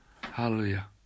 Hallelujah